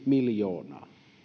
miljoonaa